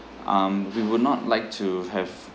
um we would not like to have